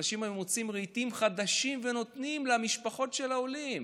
אנשים היו מוציאים רהיטים חדשים ונותנים למשפחות של העולים.